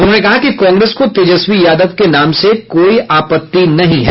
उन्होंने कहा कि कांग्रेस को तेजस्वी यादव के नाम से कोई आपत्ति नहीं है